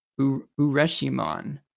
Ureshimon